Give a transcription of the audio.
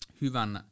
hyvän